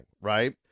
right